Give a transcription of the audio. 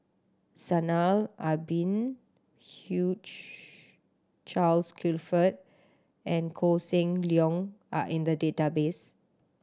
Zainal Abidin Charles Clifford and Koh Seng Leong are in the database